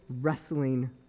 wrestling